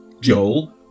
Joel